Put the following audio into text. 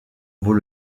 vaut